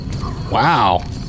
Wow